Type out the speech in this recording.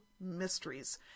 Mysteries